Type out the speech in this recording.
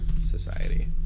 society